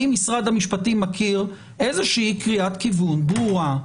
האם משרד המשפטים מכיר איזו שהיא קריאת כיוון ברורה?